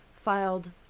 filed